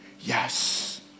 Yes